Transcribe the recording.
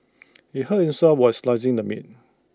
he hurt himself while slicing the meat